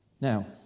Now